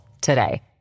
today